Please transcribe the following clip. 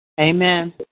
Amen